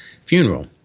funeral